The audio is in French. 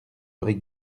aurez